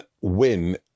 win